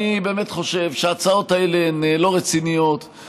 אני באמת חושב שההצעות האלה הן לא רציניות,